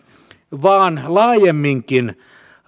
vaan laajemminkin